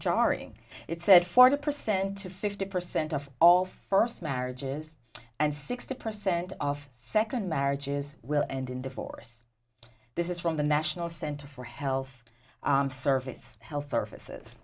jarring it said forty percent to fifty percent of all first marriages and sixty percent of second marriages will end in divorce this is from the national center for health services health services